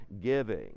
giving